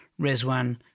Rizwan